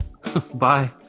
Bye